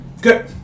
Good